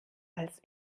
als